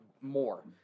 more